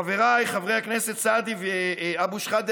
חבריי חברי הכנסת סעדי ואבו שחאדה,